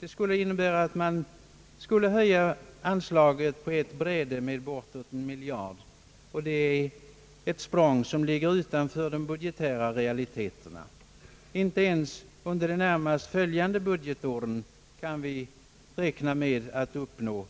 Det innebär att man skulle höja anslaget på ett bräde med bortåt en miljard, och det är ett språng som ligger utanför de budgetära realiteterna. Inte ens under de närmast följande budgetåren kan vi räkna med att uppnå